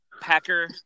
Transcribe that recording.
Packer